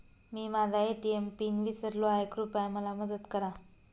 मी माझा ATM PIN विसरलो आहे, कृपया मला मदत करा